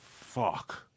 fuck